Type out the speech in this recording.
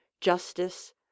justice